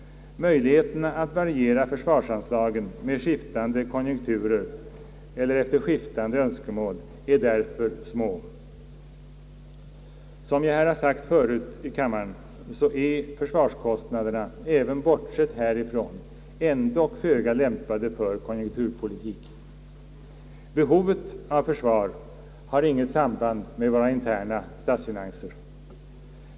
Möjligheterna att variera försvarsanslagen med skiftande konjunkturer är därför små. Som jag har sagt förut här i kammaren är försvarskostnaderna även bortsett härifrån ändock föga lämpade för konjunkturpolitik. Behovet av försvar har inget samband med våra interna statsfinanser.